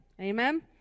Amen